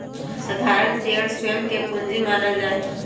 साधारण शेयर स्वयं के पूंजी मानल जा हई